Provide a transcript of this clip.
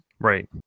Right